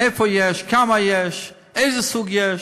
איפה יש, כמה יש, איזה סוג יש.